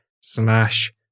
slash